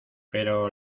pero